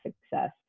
success